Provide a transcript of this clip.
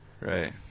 Right